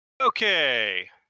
Okay